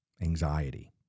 anxiety